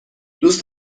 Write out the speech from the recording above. دوست